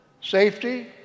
safety